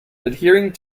adhering